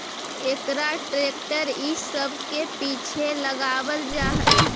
एकरा ट्रेक्टर इ सब के पीछे लगावल जा हई